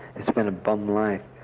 it's been a bum life